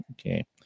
Okay